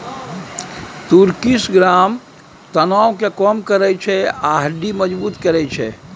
तुर्किश ग्राम तनाब केँ कम करय छै आ हड्डी मजगुत करय छै